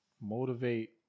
Motivate